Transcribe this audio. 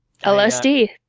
LSD